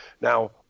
Now